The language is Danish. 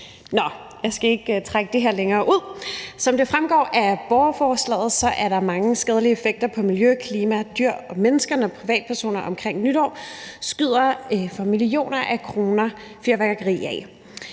Nå, jeg skal ikke trække det her længere ud. Som det fremgår af borgerforslaget, er der mange skadelige effekter på miljø, klima, dyr og mennesker, når privatpersoner omkring nytår skyder for millioner af kroner af fyrværkeri af,